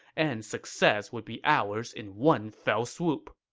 and success would be ours in one fell swoop.